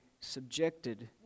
subjected